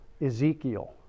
Ezekiel